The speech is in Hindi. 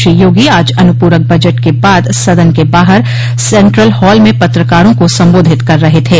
श्री योगी आज अनुपूरक बजट के बाद सदन के बाहर सेन्ट्रल हाल में पत्रकारों को संबोधित कर रहे थे